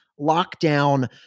lockdown